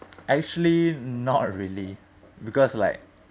actually not really because like